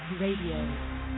Radio